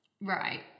right